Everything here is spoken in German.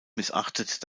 missachtet